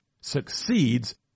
succeeds